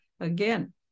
again